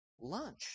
Lunch